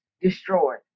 destroyed